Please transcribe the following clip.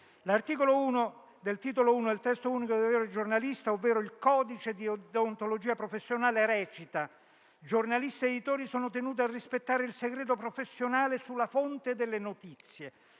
L'articolo 1 del titolo I del testo unico dei doveri del giornalista, ovvero il codice di deontologia professionale, recita: «Giornalisti ed editori sono tenuti a rispettare il segreto professionale sulla fonte delle notizie».